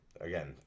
again